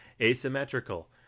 asymmetrical